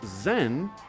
zen